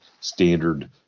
standard